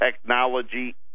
technology